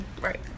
right